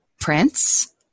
Prince